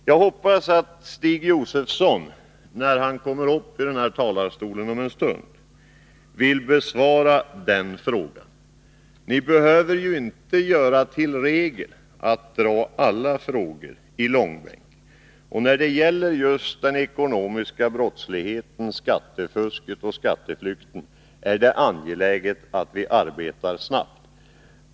Jag hoppas att Stig Josefson, när han om en stund kommer upp i talarstolen, vill besvara den frågan. Ni behöver ju inte göra till regel att dra alla frågor i långbänk. När det gäller just den ekonomiska brottsligheten, skattefusket och skatteflykten är det angeläget att vi arbetar snabbt.